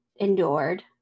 endured